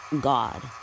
God